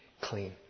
clean